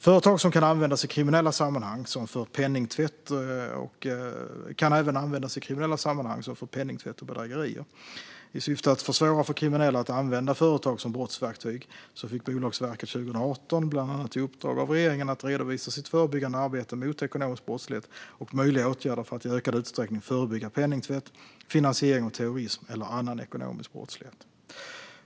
Företag kan även användas i kriminella sammanhang som för penningtvätt och bedrägerier. I syfte att försvåra för kriminella att använda företag som brottsverktyg fick Bolagsverket 2018 bland annat i uppdrag av regeringen att redovisa sitt förebyggande arbete mot ekonomisk brottslighet och möjliga åtgärder för att i ökad utsträckning förebygga penningtvätt, finansiering av terrorism eller annan ekonomisk brottslighet.